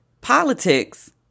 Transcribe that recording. politics